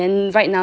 对